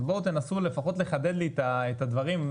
אז בואו תנסו לפחות לחדד לי את הדברים,